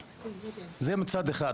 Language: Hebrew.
זה מצד אחד.